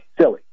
silly